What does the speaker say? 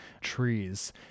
trees